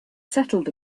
settled